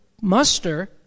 muster